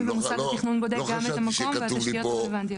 ומוסד התכנון בודק גם את המקום והתשתיות הרלוונטיות.